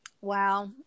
Wow